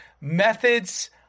methods